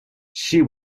she